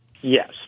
Yes